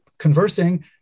conversing